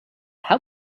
how